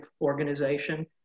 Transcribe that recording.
organization